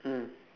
mm